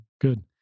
Good